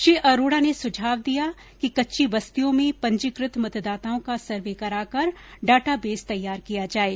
श्री अरोडा ने सुझाव दिया कि कच्ची बस्तियों में पंजीकृत मतदाताओं का सर्वे कराकर डाटाबेस तैयार किया जाये